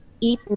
eat